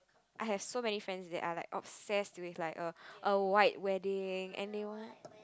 I have so many friends that are like obsessed if like a a white wedding and they were